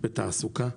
בתעסוקה?